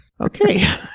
Okay